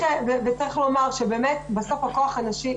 צריך לומר שבסוף הכוח הנשי,